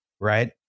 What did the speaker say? Right